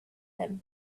him